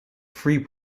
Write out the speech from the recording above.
three